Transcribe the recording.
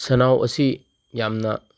ꯁꯟꯅꯥꯎ ꯑꯁꯤ ꯌꯥꯝꯅ